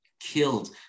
killed